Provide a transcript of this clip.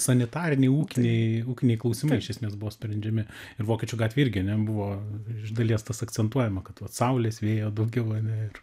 sanitariniai ūkiniai ūkiniai klausimais iš esmės buvo sprendžiami ir vokiečių gatvė irgi ane buvo iš dalies tas akcentuojama kad vat saulės vėjo daugiau ane ir